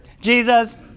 Jesus